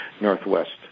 northwest